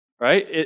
right